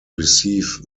receive